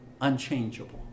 Unchangeable